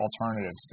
alternatives